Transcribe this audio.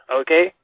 Okay